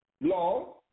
law